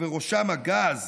ובראשם הגז,